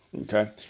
okay